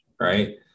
right